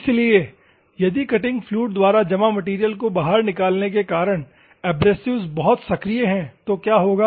इसलिए यदि cutting fluid द्वारा जमा मैटेरियल को बाहर निकालने के कारण एब्रसिव्स बहुत सक्रिय हैं तो क्या होगा